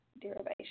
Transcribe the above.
Derivation